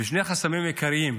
ושני החסמים העיקריים